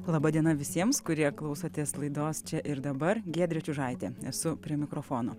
laba diena visiems kurie klausotės laidos čia ir dabar giedrė čiužaitė esu prie mikrofono